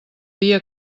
dia